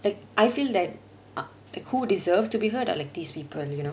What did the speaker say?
like I feel that i~ like who deserves to be heard are like these people you know